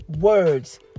words